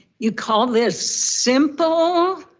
you call this simple?